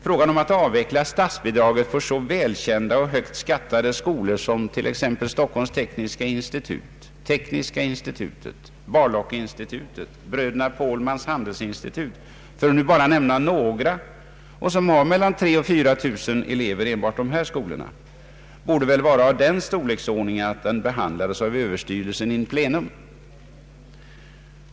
Frågan om att avveckla statsbidraget för så välkända och högt skattade skolor som Stockholms tekniska institut, Tekniska institutet, Bar-Lock-institutet och Bröderna Påhlmans handelsinstitut, för att nu bara nämna några, som sammanlagt har mellan 3 000 och 4 000 elever, borde vara av den storleksordningen att den behandlades av skolöverstyrelsen i plenum.